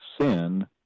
sin